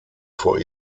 vor